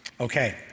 Okay